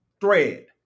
thread